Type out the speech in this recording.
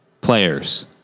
players